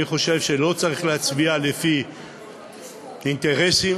אני חושב שלא צריך להצביע לפי אינטרסים